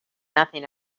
nothing